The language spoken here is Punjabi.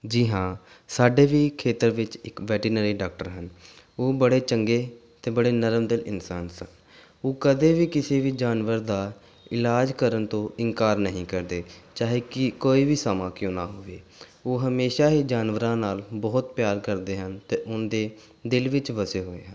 ਜੀ ਹਾਂ ਸਾਡੇ ਵੀ ਖੇਤਰ ਵਿੱਚ ਇੱਕ ਵੈਟੀਨਰੀ ਡਾਕਟਰ ਹਨ ਉਹ ਬੜੇ ਚੰਗੇ ਅਤੇ ਬੜੇ ਨਰਮ ਦਿਲ ਇਨਸਾਨ ਸਨ ਉਹ ਕਦੇ ਵੀ ਕਿਸੇ ਵੀ ਜਾਨਵਰ ਦਾ ਇਲਾਜ ਕਰਨ ਤੋਂ ਇਨਕਾਰ ਨਹੀਂ ਕਰਦੇ ਚਾਹੇ ਕਿ ਕੋਈ ਵੀ ਸਮਾਂ ਕਿਉਂ ਨਾ ਹੋਵੇ ਉਹ ਹਮੇਸ਼ਾ ਹੀ ਜਾਨਵਰਾਂ ਨਾਲ ਬਹੁਤ ਪਿਆਰ ਕਰਦੇ ਹਨ ਅਤੇ ਉਹਨਾਂ ਦੇ ਦਿਲ ਵਿੱਚ ਵਸੇ ਹੋਏ ਹਨ